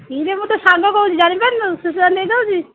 ଇରେ ମୁଁ ତୋ ସାଙ୍ଗ କହୁଛି ଜାଣିପାରୁନୁ ନେଇଯାଉଛି